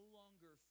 longer